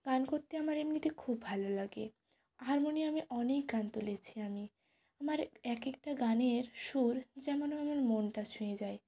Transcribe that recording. গান করতে আমার এমনিতে খুব ভালো লাগে হারমোনিয়ামে অনেক গান তুলেছি আমি আমার এক একটা গানের সুর যেমন আমার মনটা ছুঁয়ে যায়